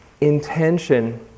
intention